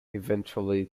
eventually